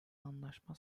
anlaşma